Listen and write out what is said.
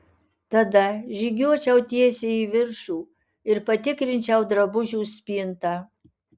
tada žygiuočiau tiesiai į viršų ir patikrinčiau drabužių spintą